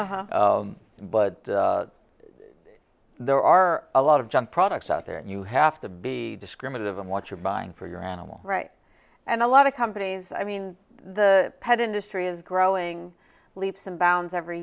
but there are a lot of junk products out there and you have to be discriminative in what you're buying for your animal rights and a lot of companies i mean the pet industry is growing leaps and bounds every